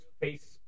Face